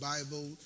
Bible